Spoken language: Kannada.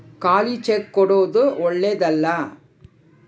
ಖಾಲಿ ಚೆಕ್ ಕೊಡೊದು ಓಳ್ಳೆದಲ್ಲ